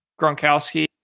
gronkowski